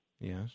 Yes